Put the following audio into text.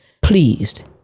pleased